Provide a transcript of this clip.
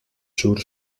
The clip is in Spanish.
sur